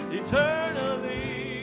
eternally